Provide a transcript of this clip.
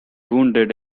wounded